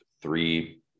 three